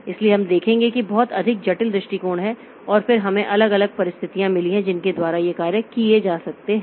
इसलिए हम देखेंगे कि बहुत अधिक जटिल दृष्टिकोण हैं और फिर हमें अलग अलग परिस्थितियाँ मिली हैं जिनके द्वारा ये कार्य किए जा सकते हैं